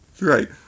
Right